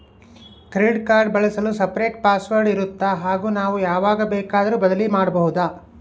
Credit card ಬಳಸಲು separate password ಇರುತ್ತಾ ಹಾಗೂ ನಾವು ಯಾವಾಗ ಬೇಕಾದರೂ ಬದಲಿ ಮಾಡಬಹುದಾ?